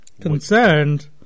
Concerned